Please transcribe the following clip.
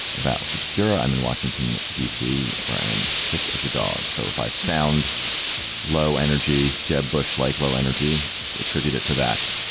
avowals obscura. i'm in washington, d c, where i'm sick as a dog. so if i sound low energy, jeb bush like low energy attributed to that.